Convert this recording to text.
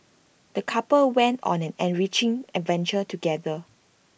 the couple went on an enriching adventure together